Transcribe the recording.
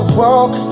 walk